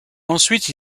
ensuite